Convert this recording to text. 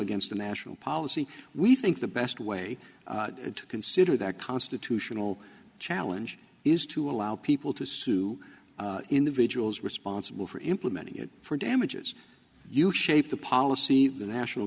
against the national policy we think the best way to consider that constitutional challenge is to allow people to sue individuals responsible for implementing it for damages you shape the policy the national